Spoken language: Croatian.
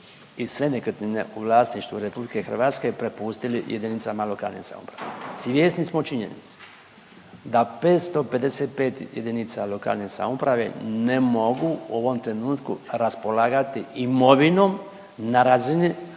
i sve nekretnine u vlasništvu RH prepustili jedinicama lokalne samouprave. Svjesni smo činjenice da 555 jedinica lokalne samouprave ne mogu u ovom trenutku raspolagati imovinom na razini